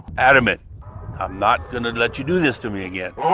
adamant! i'm not going to let you do this to me again!